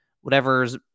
whatever's